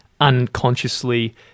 unconsciously